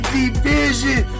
division